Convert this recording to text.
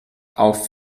auf